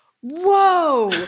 Whoa